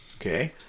Okay